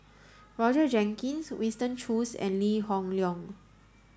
Roger Jenkins Winston Choos and Lee Hoon Leong